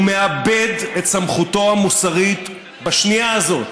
הוא מאבד את סמכותו המוסרית בשנייה הזאת